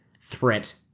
threat